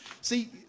See